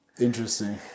interesting